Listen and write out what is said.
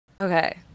Okay